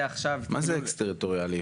מה זה אקס טריטוריאלי?